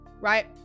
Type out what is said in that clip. right